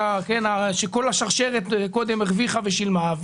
שכל השרשרת קודם הרוויחה ושילמה,